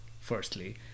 firstly